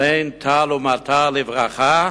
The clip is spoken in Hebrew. "ותן טל ומטר לברכה",